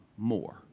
more